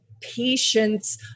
patience